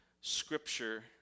Scripture